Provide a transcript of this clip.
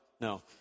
No